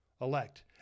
elect